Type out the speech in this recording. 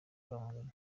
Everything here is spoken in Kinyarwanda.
rwamagana